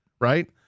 right